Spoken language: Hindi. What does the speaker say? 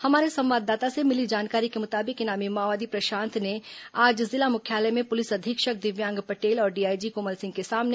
हमारे संवाददाता से मिली जानकारी के मुताबिक इनामी माओवादी प्रशांत ने आज जिला मुख्यालय में पुलिस अधीक्षक दिव्यांग पटेल और डीआईजी कोमल सिंह के सामने आत्मसमर्पण किया